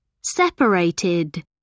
Separated